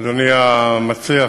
אדוני המציע,